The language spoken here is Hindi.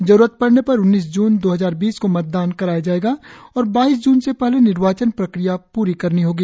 जरुरत पड़ने पर उन्नीस जून दो हजार बीस को मतदान कराया जायेगा और बाईस जून से पहले निर्वाचन प्रक्रिया पूरी करनी होगी